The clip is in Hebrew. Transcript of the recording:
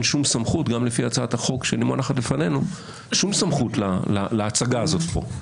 שום סמכות גם לפי המוצעת החוק שמונחת לפנינו - להצגה הזאת כאן.